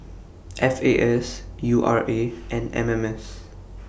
F A S U R A and M M S